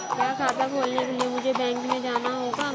क्या खाता खोलने के लिए मुझे बैंक में जाना होगा?